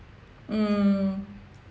mm